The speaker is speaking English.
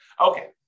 Okay